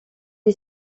est